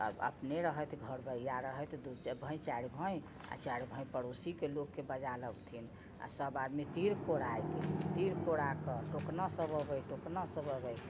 आओर अपने रहथि घरबैया रहथि दू भाइ चारि भाइ आओर चारि भाइ पड़ोसीके लोककेँ बजा लबथिन आओर सभ आदमी तीर कोराइके तीर कोराकऽ टोकना सभ अबै टोकना सभ अबै